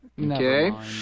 Okay